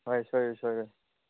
ꯍꯣꯏ ꯁꯣꯏꯔꯣꯏ ꯁꯣꯏꯔꯣꯏ